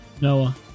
Noah